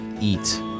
eat